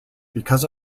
because